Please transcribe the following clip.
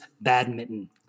badminton